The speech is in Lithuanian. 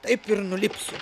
taip ir nulipsiu